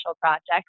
project